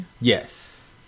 Yes